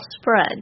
spread